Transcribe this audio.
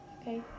Okay